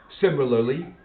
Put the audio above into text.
Similarly